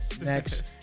next